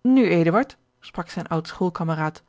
nu eduard sprak zijn oud schoolkameraad